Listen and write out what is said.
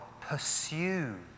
pursue